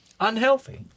Unhealthy